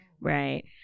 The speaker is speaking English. Right